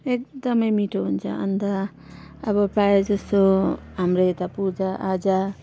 एकदमै मिठो हुन्छ अन्त अब प्रायः जस्तो हाम्रो एता पूजा आजा